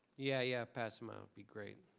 yeah yeah pass them out be great.